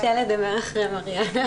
קשה לדבר אחרי מריאנה